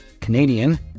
Canadian